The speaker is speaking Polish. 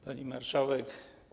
Pani Marszałek!